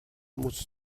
musst